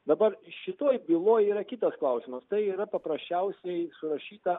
dabar šitoj byloj yra kitas klausimas tai yra paprasčiausiai surašyta